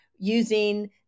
Using